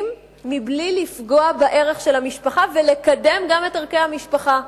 מבלי לפגוע בערך של המשפחה ולקדם גם את ערכי המשפחה.